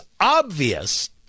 obvious